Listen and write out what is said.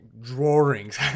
drawings